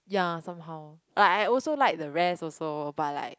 ya somehow but I also like the ray also but like